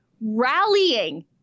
rallying